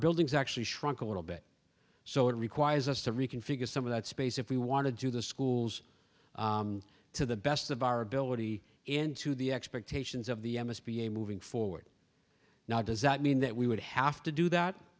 buildings actually shrunk a little bit so it requires us to reconfigure some of that space if we want to do the schools to the best of our ability into the expectations of the m s b a moving forward now does that mean that we would have to do that